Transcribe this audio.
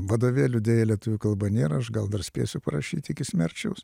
vadovėlių deja lietuvių kalba nėra aš gal dar spėsiu parašyt iki smerčiaus